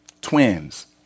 twins